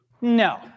No